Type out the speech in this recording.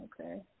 Okay